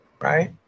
Right